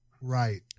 right